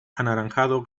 anaranjado